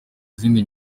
zindi